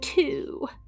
two